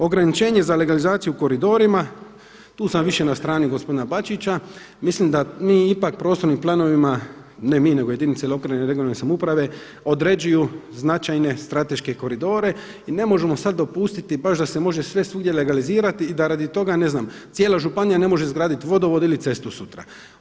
Ograničenje za legalizaciju o koridorima, tu sam više na strani gospodina Bačića, mislim da mi ipak prostornim planovima, ne mi nego jedinice lokalne i regionalne samouprave određuju značajne strateške koridore i ne možemo sada dopustiti baš da se može sve svugdje legalizirati i da radi toga, ne znam cijela županija ne može izgraditi vodovod ili cestu sutra.